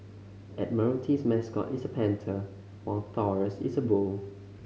admiralty's mascot is a panther while Taurus is a bull